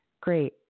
Great